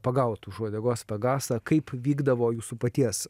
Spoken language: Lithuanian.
pagaut už uodegos pegasą kaip vykdavo jūsų paties